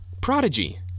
prodigy